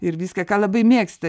ir viską ką labai mėgsta